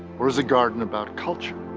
or is a garden about culture?